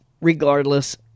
regardless